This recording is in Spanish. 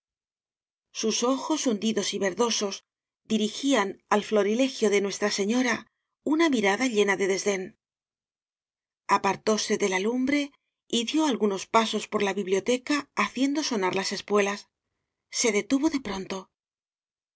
sus ojos hundidos y verdosos dirigían al florilegio de nuestra señora una mirada llena de desdén apartóse de la lumbre y dió algunos pasos por la biblioteca haciendo so nar las espuelas se detuvo de pronto